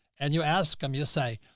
and you ask them, you say,